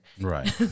Right